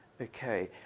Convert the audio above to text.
Okay